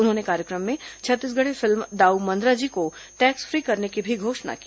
उन्होंने कार्यक्रम में छत्तीसगढ़ी फिल्म दाऊ मंदरा जी को टैक्स फ्री करने की भी घोषणा की